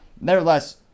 nevertheless